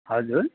हजुर